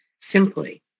simply